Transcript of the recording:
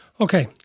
okay